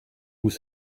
vous